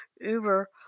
Uber